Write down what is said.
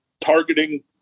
targeting